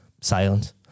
silence